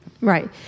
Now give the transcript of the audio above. Right